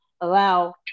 allow